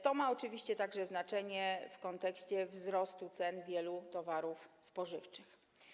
To ma oczywiście także znaczenie w kontekście wzrostu cen wielu towarów spożywczych.